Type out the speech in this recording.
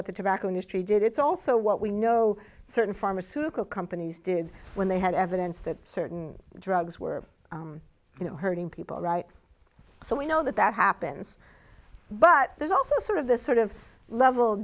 what the tobacco industry did it's also what we know certain pharmaceutical companies did when they had evidence that than drugs were you know hurting people right so we know that that happens but there's also sort of this sort of level